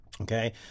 Okay